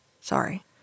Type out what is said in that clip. sorry